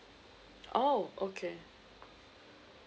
oh okay